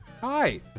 hi